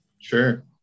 Sure